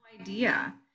Idea